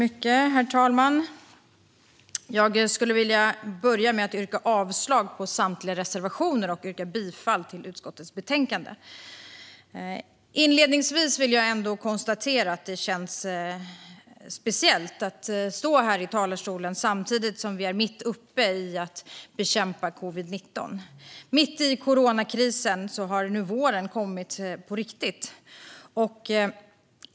Herr talman! Jag vill börja med att yrka avslag på samtliga reservationer och bifall till utskottets förslag i betänkandet. Inledningsvis konstaterar jag att det känns speciellt att stå här i talarstolen samtidigt som vi är mitt uppe i att bekämpa covid-19. Mitt i coronakrisen har våren kommit på riktigt.